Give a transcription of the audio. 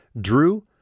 Drew